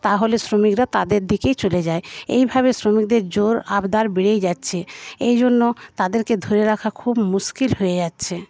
তাহলে শ্রমিকরা তাদের দিকেই চলে যায় এইভাবে শ্রমিকদের জোর আবদার বেড়েই যাচ্ছে এইজন্য তাদেরকে ধরে রাখা খুব মুশকিল হয়ে যাচ্ছে